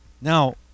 now